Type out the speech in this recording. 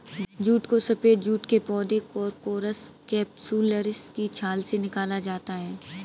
jute को सफेद जूट के पौधे कोरकोरस कैप्सुलरिस की छाल से निकाला जाता है